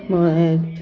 মই